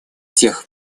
тех